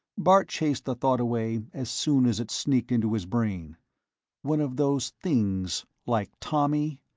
bart chased the thought away as soon as it sneaked into his brain one of those things, like tommy?